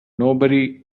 nobody